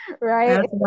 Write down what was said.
right